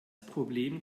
problem